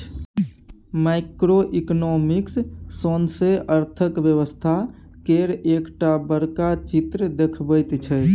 micro economics सौसें अर्थक व्यवस्था केर एकटा बड़का चित्र देखबैत छै